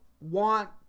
want